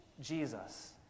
Jesus